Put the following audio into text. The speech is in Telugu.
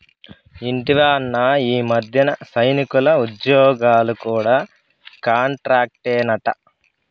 ఇంటివా అన్నా, ఈ మధ్యన సైనికుల ఉజ్జోగాలు కూడా కాంట్రాక్టేనట